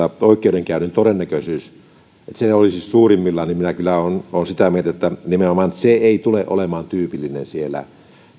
oikeudenkäynnin todennäköisyys olisi suurimmillaan niin minä kyllä olen sitä mieltä että se ei nimenomaan tule olemaan tyypillinen siellä